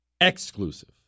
Exclusive